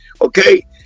okay